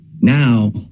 Now